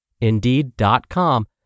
Indeed.com